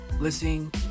listening